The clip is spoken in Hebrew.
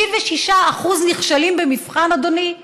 66% נכשלים במבחן, אדוני,